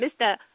Mr